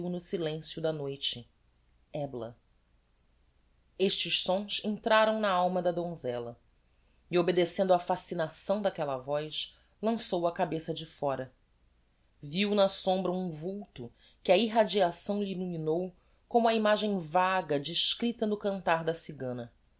no silencio da noite ebla estes sons entraram na alma da donzella e obedecendo á fascinação d'aquella voz lançou a cabeça de fóra viu na sombra um vulto que a irradiação lhe illuminou como a imagem vaga descripta no cantar da cigana